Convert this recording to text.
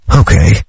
okay